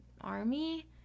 army